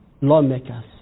lawmakers